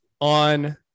on